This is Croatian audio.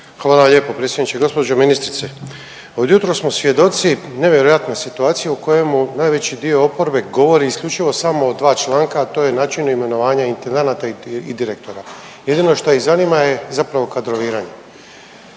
Hvala lijepo predsjedniče. Gospođo ministrice, pa od jutros smo svjedoci nevjerojatne situacije u kojemu najveći dio oporbe govori isključivo samo o 2 članka, a to je način imenovanja intendanata i direktora. Jedino što ih zanima je zapravo kadroviranje.